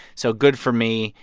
so good for me.